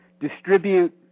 distribute